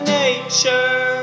nature